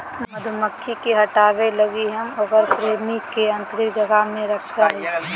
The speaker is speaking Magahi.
मधुमक्खी के हटाबय लगी हम उकर फ्रेम के आतंरिक जगह में रखैय हइ